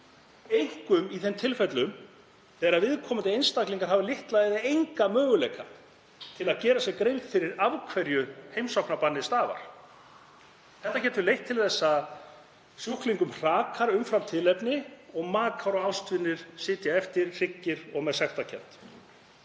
einkum í þeim tilfellum þegar viðkomandi einstaklingar hafa litla eða enga möguleika til að gera sér grein fyrir af hverju heimsóknarbannið stafar. Það getur leitt til þess að sjúklingum hrakar umfram tilefni og makar og ástvinir sitja eftir hryggir og með sektarkennd.